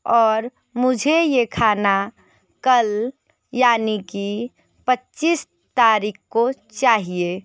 और मुझे यह खाना कल यानी की पच्चीस तारीख़ को चाहिए